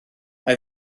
mae